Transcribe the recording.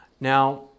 Now